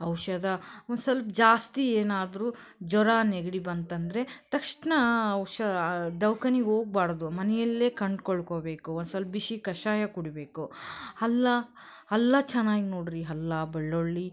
ಔಷಧಿ ಒಂದು ಸ್ವಲ್ಪ ಜಾಸ್ತಿ ಏನಾದರೂ ಜ್ವರ ನೆಗಡಿ ಬಂತಂದರೆ ತಕ್ಷಣ ಔಷಧಿ ದವ್ಖಾನಿಗೆ ಹೋಗ್ಬಾಡ್ಡು ಮನೆಯಲ್ಲೇ ಕಂಡ್ಕೊಳ್ಳಬೇಕು ಒಂದು ಸ್ವಲ್ಪ ಬಿಸಿ ಕಷಾಯ ಕುಡಿಯಬೇಕು ಹಲ್ಲ ಹಲ್ಲ ಚೆನ್ನಾಗಿ ನೋಡಿರಿ ಹಲ್ಲ ಬೆಳ್ಳುಳ್ಳಿ